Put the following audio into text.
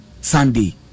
Sunday